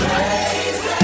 Crazy